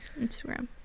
instagram